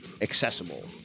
accessible